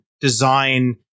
design